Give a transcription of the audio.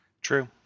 True